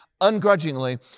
ungrudgingly